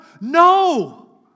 No